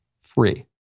free